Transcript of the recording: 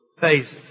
phases